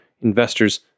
investors